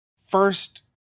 first